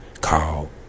called